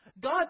God